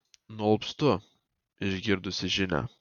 nualpstu išgirdusi žinią